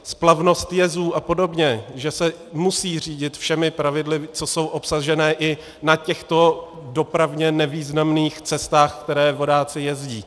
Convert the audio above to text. Splavnost jezů apod., že se musí řídit všemi pravidly, co jsou obsažené i na těchto dopravně nevýznamných cestách, kterými vodáci jezdí.